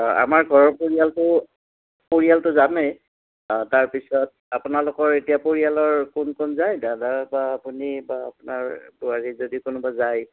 অঁ আমাৰ ঘৰৰ পৰিয়ালটো পৰিয়ালটো যামেই অঁ তাৰপিছত আপোনালোকৰ এতিয়া পৰিয়ালৰ কোন কোন যায় দাদা বা আপুনি বা আপোনাৰ বোৱাৰী যদি কোনোবা যায়